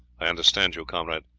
i understand you, comrade.